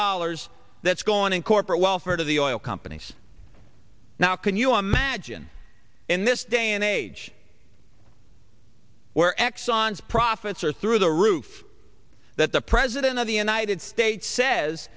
dollars that's gone in corporate welfare to the oil companies now can you imagine in this day and age where exxon's profits are through the roof that the president of the united states says